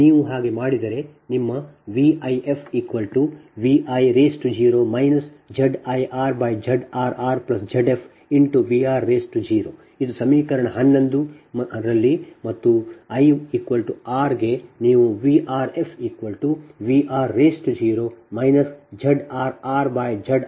ನೀವು ಹಾಗೆ ಮಾಡಿದರೆ ನಿಮ್ಮ VifVi0 ZirZrrZf Vr0 ಇದು ಸಮೀಕರಣ 11 ಮತ್ತು ಸಮೀಕರಣ 11 ರಲ್ಲಿ i r ಗೆ ನೀವು VrfVr0 ZrrZrrZf Vr0ZfZrrZf Vr0 ಪಡೆಯುತ್ತೀರಿ